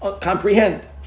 comprehend